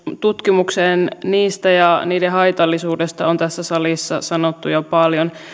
tutkimukseen niistä ja niiden haitallisuudesta on tässä salissa sanottu jo paljon